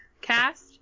Cast